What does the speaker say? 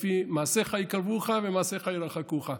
לפי "מעשיך יקרבוך ומעשיך ירחיקוך".